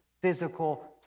physical